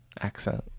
accent